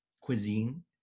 cuisine